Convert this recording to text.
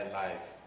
life